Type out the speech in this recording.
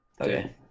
Okay